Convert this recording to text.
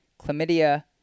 chlamydia